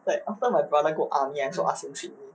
like after my brother go army I also ask him treat me